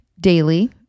daily